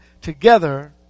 together